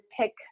pick